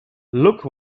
look